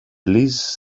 please